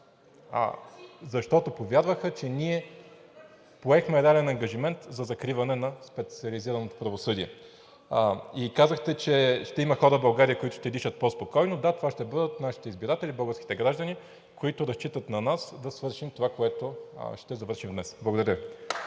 защото повярваха, че ние поехме реален ангажимент за закриване на специализираното правосъдие. Казахте, че ще има хора в България, които ще дишат по спокойно. Да, това ще бъдат нашите избиратели – българските граждани, които разчитат на нас да свършим това, което ще завършим днес. Благодаря.